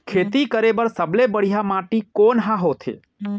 खेती करे बर सबले बढ़िया माटी कोन हा होथे?